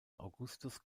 augustus